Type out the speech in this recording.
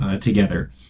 together